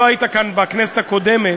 לא היית כאן בכנסת הקודמת,